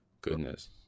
goodness